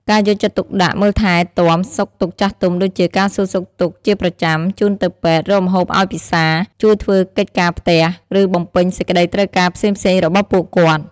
ការយកចិត្តទុកដាក់មើលថែទាំសុខទុក្ខចាស់ទុំដូចជាការសួរសុខទុក្ខជាប្រចាំ ជូនទៅពេទ្យ រកម្ហូបឲ្យពិសា ជួយធ្វើកិច្ចការផ្ទះ ឬបំពេញសេចក្ដីត្រូវការផ្សេងៗរបស់ពួកគាត់។